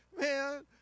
Man